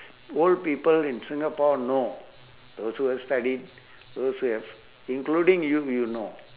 old people in singapore know those who have studied those who have including you you know